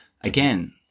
Again